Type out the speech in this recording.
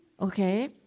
Okay